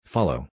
Follow